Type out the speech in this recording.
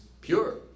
pure